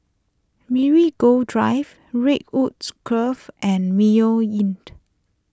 Marigold Drive Redwood's Grove and Mayo Inn